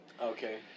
Okay